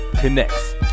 connects